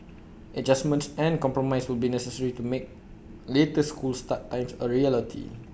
adjustments and compromise will be necessary to make later school start times A reality